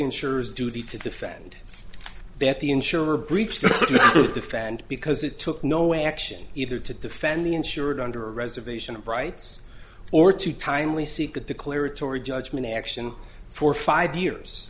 insurers duty to defend that the insurer breached to defend because it took no action either to defend the insured under reservation of rights or to timely seek a declaratory judgment action for five years